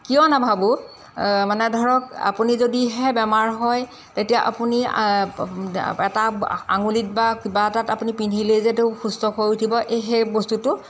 কিয় নাভাবোঁ মানে ধৰক আপুনি যদিহে বেমাৰ হয় তেতিয়া আপুনি এটা আঙুলিত বা কিবা এটাত আপুনি পিন্ধিলেই যে সুস্থ হৈ উঠিব এই সেই বস্তুটো